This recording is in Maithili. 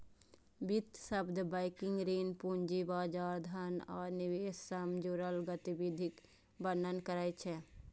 वित्त शब्द बैंकिंग, ऋण, पूंजी बाजार, धन आ निवेश सं जुड़ल गतिविधिक वर्णन करै छै